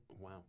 Wow